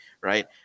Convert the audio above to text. Right